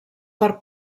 per